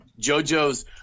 Jojo's